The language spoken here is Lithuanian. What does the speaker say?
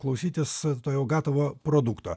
klausytis to jau gatavo produkto